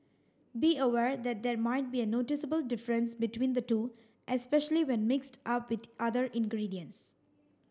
be aware that there might be a noticeable difference between the two especially when mixed up with other ingredients